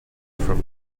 from